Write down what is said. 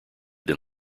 than